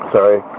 Sorry